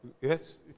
Yes